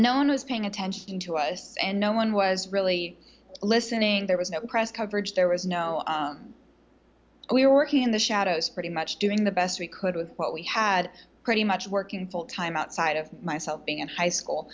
known as paying attention to us and no one was really listening there was no press coverage there was no we're working in the shadows pretty much doing the best we could with what we had pretty much working full time outside of myself being in high school